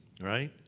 right